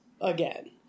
again